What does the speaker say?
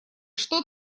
что